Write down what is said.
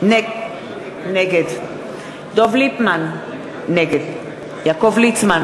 נגד דב ליפמן, נגד יעקב ליצמן,